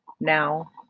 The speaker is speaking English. Now